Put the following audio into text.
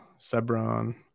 sebron